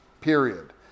period